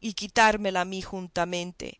y quitármela a mí juntamente